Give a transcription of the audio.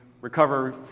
recover